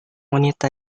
wanita